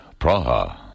Praha